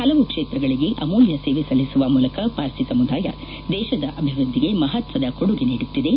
ಹಲವು ಕ್ಷೇತ್ರಗಳಿಗೆ ಅಮೂಲ್ಯ ಸೇವೆ ಸಲ್ಲಿಸುವ ಮೂಲಕ ಪಾರ್ಸಿ ಸಮುದಾಯ ದೇಶದ ಅಭಿವೃದ್ಲಿಗೆ ಮಹತ್ವದ ಕೊಡುಗೆ ನೀಡುತ್ತಿದೆ